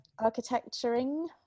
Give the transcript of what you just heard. architecturing